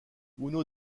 uno